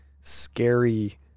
scary